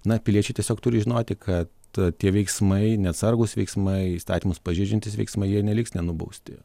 na piliečiai tiesiog turi žinoti kad tie veiksmai neatsargūs veiksmai įstatymus pažeidžiantys veiksmai jie neliks nenubausti